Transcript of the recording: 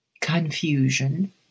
confusion